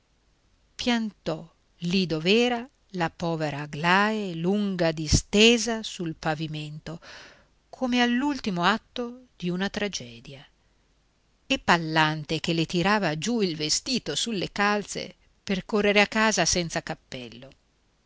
piantò lì dov'era la povera aglae lunga distesa sul pavimento come all'ultimo atto di una tragedia e pallante che le tirava giù il vestito sulle calze per correre a casa senza cappello